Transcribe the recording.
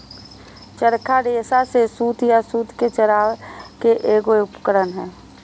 चरखा रेशा से सूत या सूत के चरावय के एगो उपकरण हइ